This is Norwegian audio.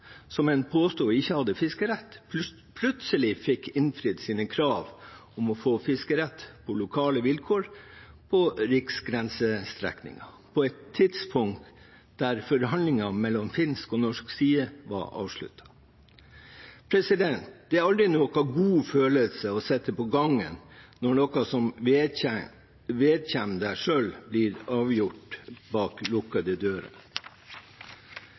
som en påstår ikke hadde fiskerett, plutselig fikk innfridd sine krav om å få fiskerett på lokale vilkår på riksgrensestrekningen, på et tidspunkt da forhandlingene mellom finsk og norsk side var avsluttet. Det er aldri en god følelse å sitte på gangen når noe som angår en selv, blir avgjort bak lukkede dører.